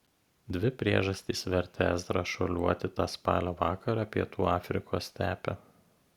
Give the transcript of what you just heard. dvi priežastys vertė ezrą šuoliuoti tą spalio vakarą pietų afrikos stepe